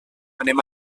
anem